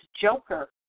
joker